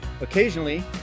Occasionally